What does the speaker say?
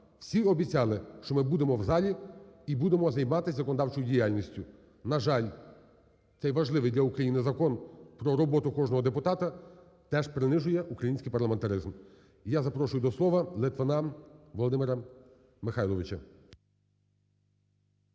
всі обіцяли, що ми будемо в залі і будемо займатись законодавчою діяльністю. На жаль, цей важливий для України закон про роботу кожного депутата теж принижує український парламентаризм. Я запрошую до слова Литвина Володимира Михайловича.